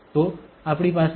તો આપણી પાસે શું છે